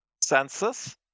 census